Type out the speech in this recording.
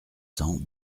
cent